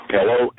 Hello